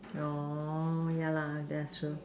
oh yeah lah that's sure